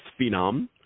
Phenom